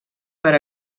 per